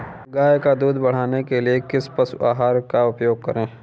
गाय का दूध बढ़ाने के लिए किस पशु आहार का उपयोग करें?